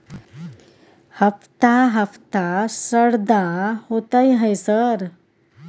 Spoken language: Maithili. हफ्ता हफ्ता शरदा होतय है सर?